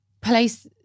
place